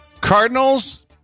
Cardinals